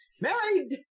Married